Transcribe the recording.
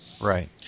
Right